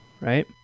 right